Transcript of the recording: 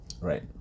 right